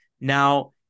Now